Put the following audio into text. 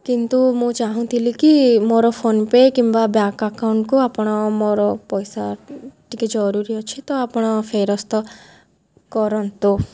କିନ୍ତୁ ମୁଁ ଚାହୁଁଥିଲି କି ମୋର ଫୋନ୍ ପେ କିମ୍ବା ବ୍ୟାଙ୍କ୍ ଆକାଉଣ୍ଟ୍କୁ ଆପଣ ମୋର ପଇସା ଟିକେ ଜରୁରୀ ଅଛି ତ ଆପଣ ଫେରସ୍ତ କରନ୍ତୁ